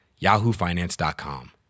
yahoofinance.com